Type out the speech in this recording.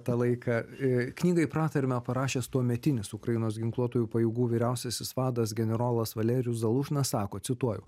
tą laiką i knygai pratarmę parašęs tuometinis ukrainos ginkluotųjų pajėgų vyriausiasis vadas generolas valerijus zalužnas sako cituoju